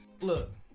Look